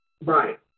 Right